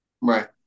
right